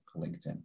LinkedIn